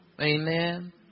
Amen